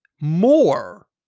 more